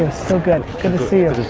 ah so good, good to see you.